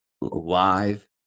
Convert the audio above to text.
live